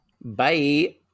bye